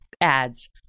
ads